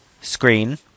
screen